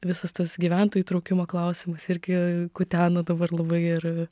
visas tas gyventojų įtraukimo klausimas irgi kutena dabar labai ir